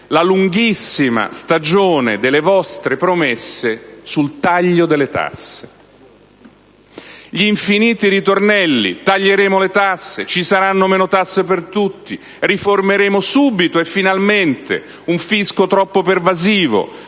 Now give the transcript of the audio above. la lunghissima stagione delle vostre promesse sul taglio delle tasse. Gli infiniti ritornelli: taglieremo le tasse; ci saranno meno tasse per tutti; riformeremo subito (e finalmente) un fisco troppo pervasivo,